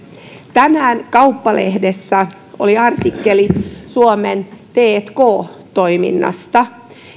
tänään kauppalehdessä oli artikkeli suomen tk toiminnasta